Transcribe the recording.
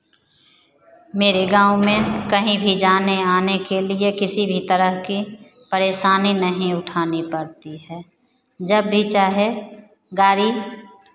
मेरे गाँव में कहीं भी जाने आने के लिए किसी भी तरह की परेशानी नहीं उठानी पड़ती है जब भी चाहे गाड़ी